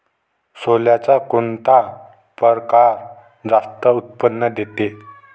सोल्याचा कोनता परकार जास्त उत्पन्न देते?